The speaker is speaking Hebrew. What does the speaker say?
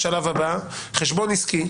השלב הבא הוא חשבון עסקי.